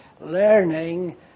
learning